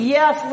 Yes